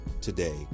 today